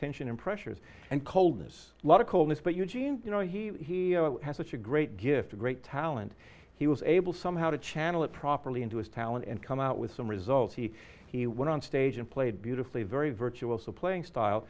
tension and pressures and coldness lot of coldness but eugene you know he had such a great gift a great talent he was able somehow to channel it properly into his talent and come out with some results he he went on stage and played beautifully very virtuous a playing style